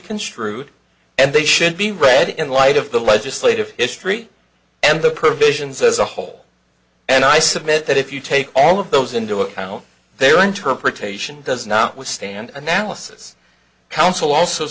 construed and they should be read in light of the legislative history and the provisions as a whole and i submit that if you take all of those into account their interpretation does not withstand analysis counsel also